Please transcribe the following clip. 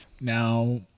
Now